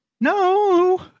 No